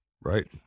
Right